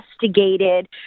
investigated